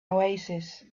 oasis